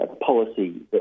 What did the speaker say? policy